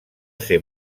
ser